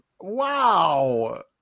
Wow